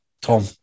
Tom